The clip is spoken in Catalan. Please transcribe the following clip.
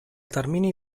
termini